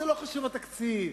לא חשוב התקציב,